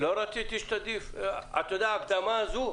בהקדמה הזאת,